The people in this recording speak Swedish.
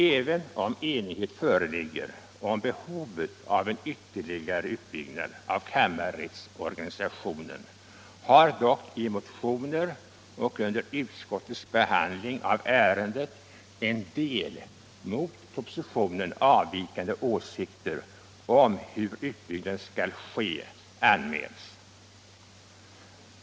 Fastän enighet föreligger om' behovet av en ytterligare utbyggnad av kammarrättsorganisationen, har i motioner och under utskottets behandling av ärendet en del mot propositionen avvikande åtsikter om hur utbyggnaden skall ske anmälts.